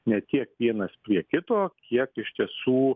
ne tiek vienas prie kito kiek iš tiesų